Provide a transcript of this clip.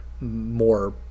more